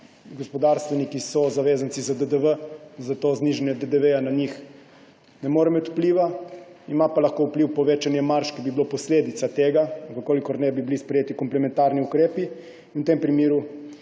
gospodarstveniki zavezanci za DDV, zato znižanje DDV na njih ne more imeti vpliva. Ima pa lahko vpliv povečanje marž, ki bi bilo posledica tega, če ne bi bili sprejeti komplementarni ukrepi. V tem primeru